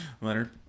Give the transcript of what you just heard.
Leonard